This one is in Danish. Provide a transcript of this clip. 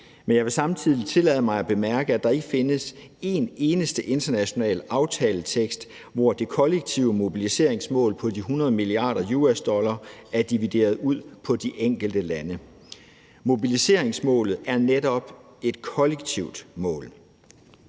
men jeg vil samtidig tillade mig at bemærke, at der ikke findes en eneste international aftaletekst, hvor det kollektive mobiliseringsmål på de 100 mia. dollar er divideret ud på de enkelte lande. Mobiliseringsmålet er netop et kollektivt mål.